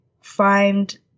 find